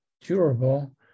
durable